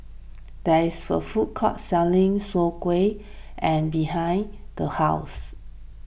there is a food court selling Soon Kway and behind the house